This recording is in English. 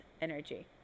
energy